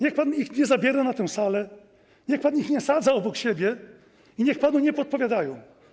Niech pan mi ich nie zabiera na tę salę, niech pan ich nie sadza obok siebie i niech panu nie podpowiadają.